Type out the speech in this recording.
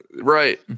Right